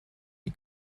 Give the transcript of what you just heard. die